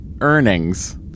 earnings